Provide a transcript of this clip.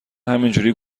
همینجوری